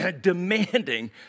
demanding